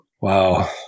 Wow